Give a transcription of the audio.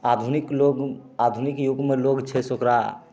आधुनिक लोक आधुनिक जुगमे लोक छै से ओकरा